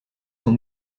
son